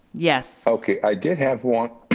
yeah so okay, i did have one.